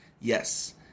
Yes